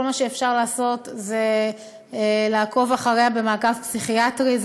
כל מה שאפשר לעשות זה לעקוב אחריה במעקב פסיכיאטרי.